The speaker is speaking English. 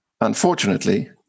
Unfortunately